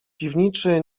piwniczy